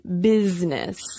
business